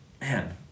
man